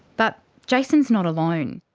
but jayson's not alone.